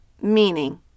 meaning